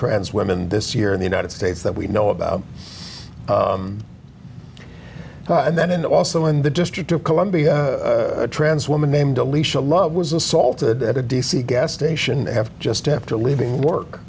trans women this year in the united states that we know about and then and also in the district of columbia a trans woman named alisa love was assaulted at a d c gas station have just after leaving work